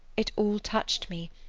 it all touched me,